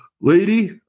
Lady